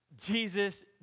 Jesus